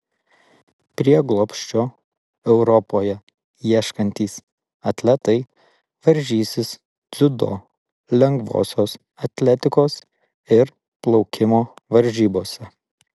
prieglobsčio europoje ieškantys atletai varžysis dziudo lengvosios atletikos ir plaukimo varžybose